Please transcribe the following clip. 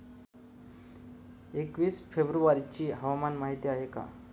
एकवीस फेब्रुवारीची हवामान माहिती आहे का?